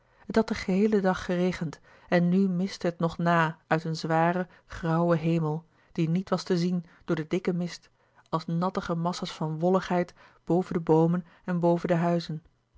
had den geheelen dag geregend en nu mistte het nog na uit een zwaren grauwen hemel die niet was te zien door den dikken mist als nattige massa's van wolligheid boven de boomen en boven de huizen